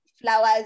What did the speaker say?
flowers